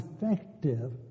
effective